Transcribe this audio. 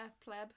pleb